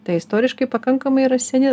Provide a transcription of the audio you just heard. tai istoriškai pakankamai yra seni